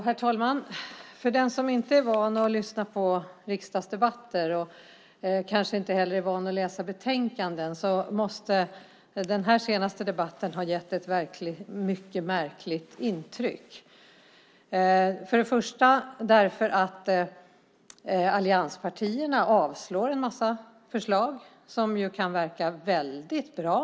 Herr talman! För den som inte är van att lyssna på riksdagsdebatter och kanske inte heller är van att läsa betänkanden måste denna senaste debatt ha gett ett mycket märkligt intryck. Allianspartierna avstyrker nämligen en mängd förslag som kan verka väldigt bra.